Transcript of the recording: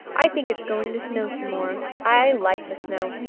i think it is going to snow some more. i like the snow.